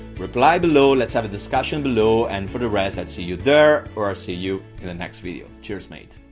reply below, let's have a discussion below and for the rest, i'll see you there or i'll see you in the next video cheers mate.